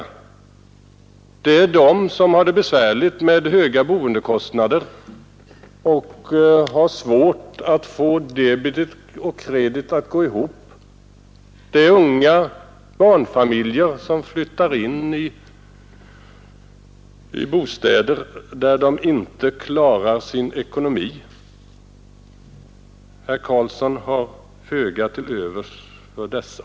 Det är de som har det besvärligt med höga boendekostnader och som har svårt att få debet och kredit att gå ihop. Det är unga barnfamiljer som flyttar in i bostäder, där de inte klarar sin ekonomi. Herr Karlsson har föga till övers för dessa.